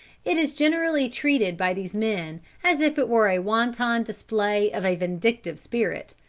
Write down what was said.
it is generally treated by these men as if it were a wanton display of a vindictive spirit,